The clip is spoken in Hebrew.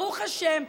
ברוך השם,